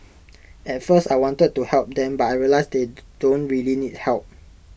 at first I wanted to help them but I realised they don't really need help